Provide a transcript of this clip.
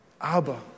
Abba